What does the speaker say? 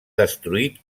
destruït